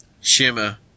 Shimmer